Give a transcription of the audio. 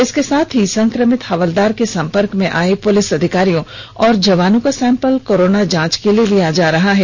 इसके साथ ही संक्रमित हवलदार के संपर्क में आए पुलिस अधिकारियों और जवानों का सैंपल कोरोना जांच के लिए लिया जा रहा है